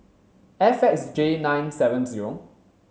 F X J nine seven zero